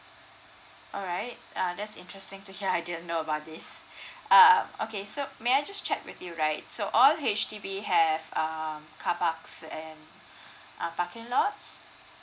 alright uh that's interesting to hear I didn't know about this err okay so may I just check with you right so all H_D_B have um carparks and uh parking lots